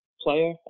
player